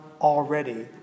already